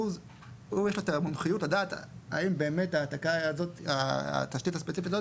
יש לו את המומחיות לדעת האם באמת ההעתקה של התשתית הספציפית הזאת,